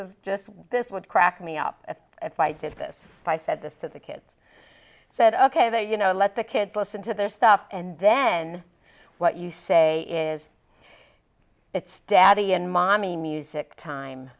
is just this would crack me up if i did this by said this to the kids said ok they you know let the kids listen to their stuff and then what you say is it's daddy and mommy music time